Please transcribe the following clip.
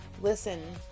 Listen